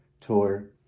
tour